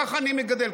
ככה אני מגדל,